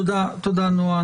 תודה, נועה.